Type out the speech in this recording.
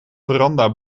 veranda